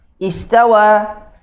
Istawa